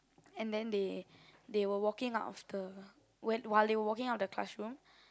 and then they they were walking out of the while they were walking out of the classroom